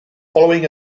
following